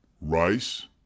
rice